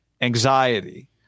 anxiety